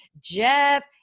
Jeff